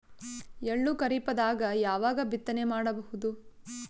ಎಳ್ಳು ಖರೀಪದಾಗ ಯಾವಗ ಬಿತ್ತನೆ ಮಾಡಬಹುದು?